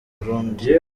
burundi